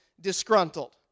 disgruntled